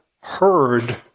heard